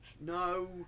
no